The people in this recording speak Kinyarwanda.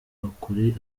ukuri